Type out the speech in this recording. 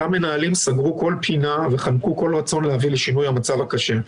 אותם מנהלים סגרו כל פינה וחנקו כל רצון להביא לשינוי המצב הקשה.